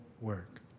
work